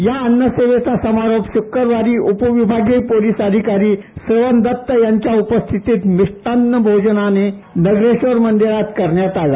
या अन्नसेवाचा समारोप शुक्रवारी उपविभागीय पोलिस अधिकारी स्वयम् दत्त यांच्या उपस्थित मिष्टान्न भोजनाने नागेश्वर मंदिरात करण्यात आला